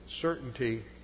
certainty